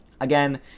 Again